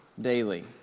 daily